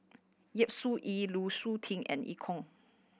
Yap Su Yin Lu Suitin and Eu Kong